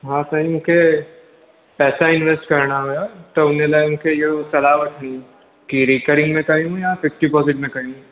हां सांई मूंखे पैसा इन्वेस्ट करिणा हुयां त हुन लाइ मूंखे इहो सलाह वठणी हुई कि रिकरिंग में टाइम में आहे कि फिक्स डिपोजिट में कयूं